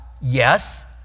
Yes